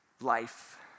life